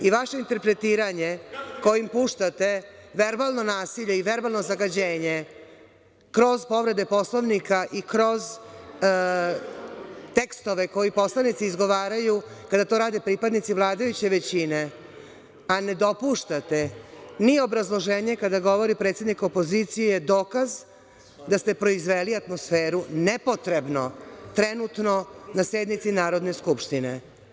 I vaše interpretiranje kojim puštate verbalno nasilje i verbalno zagađenje kroz povrede Poslovnika i kroz tekstove koje poslanici izgovaraju kada to rade pripadnici vladajuće većine, a ne dopuštate ni obrazloženje kada govori predstavnik opozicije je dokaz da ste proizveli atmosferu nepotrebno trenutno na sednici Narodne skupštine.